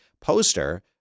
poster